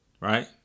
Right